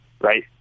right